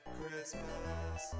Christmas